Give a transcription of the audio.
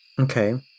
Okay